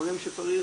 דברים שצריך,